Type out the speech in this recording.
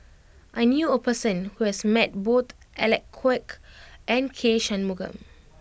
I knew a person who has met both Alec Kuok and K Shanmugam